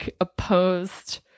opposed